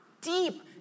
deep